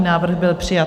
Návrh byl přijat.